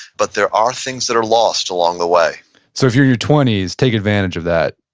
but there are things that are lost along the way so, if you're in your twenty s, take advantage of that